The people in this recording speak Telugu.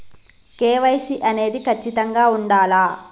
కే.వై.సీ అనేది ఖచ్చితంగా ఉండాలా?